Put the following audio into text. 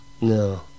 No